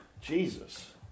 jesus